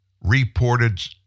reported